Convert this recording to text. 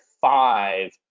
five